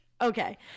Okay